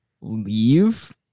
leave